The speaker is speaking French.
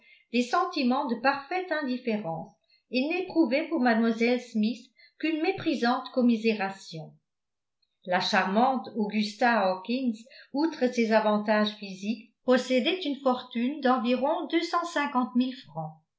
des sentiments de parfaite indifférence et n'éprouvait pour mlle smith qu'une méprisante commisération la charmante augusta hawkins outre ses avantages physiques possédait une fortune d'environ